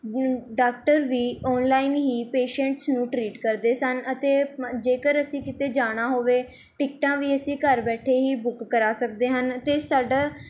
doctor ਵੀ online ਹੀ patients ਨੂੰ ਟਰੀਟ ਕਰਦੇ ਸਨ ਅਤੇ ਜੇਕਰ ਅਸੀਂ ਕਿਤੇ ਜਾਣਾ ਹੋਵੇ ਟਿਕਟਾਂ ਵੀ ਅਸੀਂ ਘਰ ਬੈਠੇ ਹੀ ਬੁੱਕ ਕਰਾ ਸਕਦੇ ਹਨ ਅਤੇ ਸਾਡਾ